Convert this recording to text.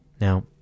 Now